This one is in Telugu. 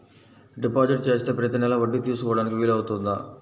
డిపాజిట్ చేస్తే ప్రతి నెల వడ్డీ తీసుకోవడానికి వీలు అవుతుందా?